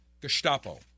Gestapo